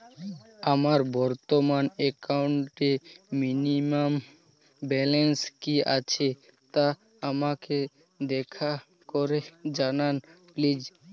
আমার বর্তমান একাউন্টে মিনিমাম ব্যালেন্স কী আছে তা আমাকে দয়া করে জানান প্লিজ